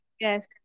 Yes